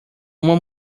uma